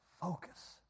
focus